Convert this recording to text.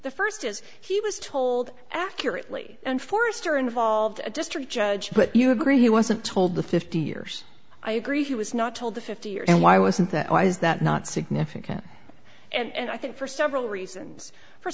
the first is he was told accurately and forrester involved a district judge but you agree he wasn't told the fifty years i agree he was not told the fifty years and why wasn't that why is that not significant and i think for several reasons f